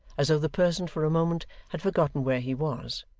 as though the person for a moment had forgotten where he was,